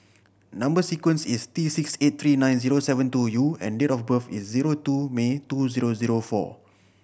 number sequence is T six eight three nine zero seven two U and date of birth is zero two May two zero zero four